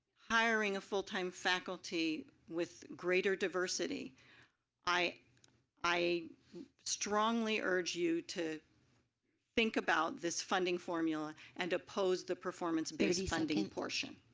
hiring of full time faculty with greater diversity i i strongly urge you to think about this funding formula and oppose the performance based and funding and portion.